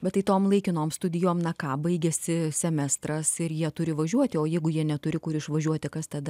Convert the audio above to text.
bet tai tom laikinom studijom na ką baigiasi semestras ir jie turi važiuoti o jeigu jie neturi kur išvažiuoti kas tada